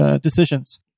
decisions